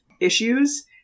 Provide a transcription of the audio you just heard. issues